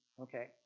Okay